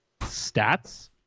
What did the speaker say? stats